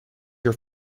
your